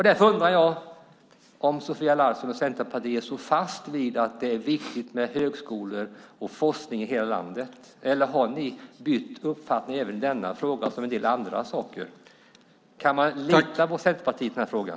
Därför undrar jag om Sofia Larsen och Centerpartiet står fast vid att det är viktigt med högskolor och forskning i hela landet eller om de bytt uppfattning i denna fråga på samma sätt som i en del andra frågor. Kan man lita på Centerpartiet i den här frågan?